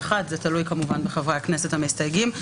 זה תלוי כמובן בחברי הכנסת המסתייגים,